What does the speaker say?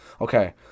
okay